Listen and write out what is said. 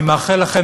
אני מאחל לכם,